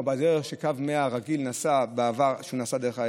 או שקו 100 הרגיל נסע בה בעבר כשהוא נסע דרך 443,